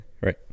right